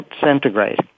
centigrade